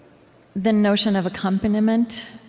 the notion of accompaniment,